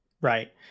right